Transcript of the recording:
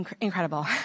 Incredible